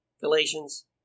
Galatians